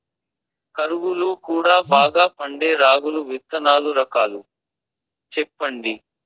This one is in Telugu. కరువు లో కూడా బాగా పండే రాగులు విత్తనాలు రకాలు చెప్పండి?